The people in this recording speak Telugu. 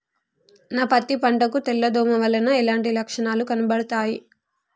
నా పత్తి పంట కు తెల్ల దోమ వలన ఎలాంటి లక్షణాలు కనబడుతాయి?